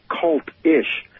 cult-ish